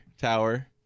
Tower